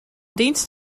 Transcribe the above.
dienst